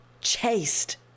chased